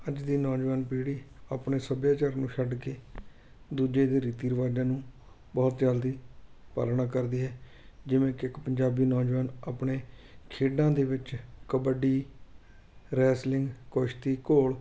ਅੱਜ ਦੀ ਨੌਜਵਾਨ ਪੀੜ੍ਹੀ ਆਪਣੇ ਸੱਭਿਆਚਾਰ ਨੂੰ ਛੱਡ ਕੇ ਦੂਜੇ ਦੇ ਰੀਤੀ ਰਿਵਾਜ਼ਾਂ ਨੂੰ ਬਹੁਤ ਜਲਦੀ ਪਾਲਣਾ ਕਰਦੀ ਹੈ ਜਿਵੇਂ ਕਿ ਇੱਕ ਪੰਜਾਬੀ ਨੌਜਵਾਨ ਆਪਣੇ ਖੇਡਾਂ ਦੇ ਵਿੱਚ ਕਬੱਡੀ ਰੈਸਲਿੰਗ ਕੁਸ਼ਤੀ ਘੋਲ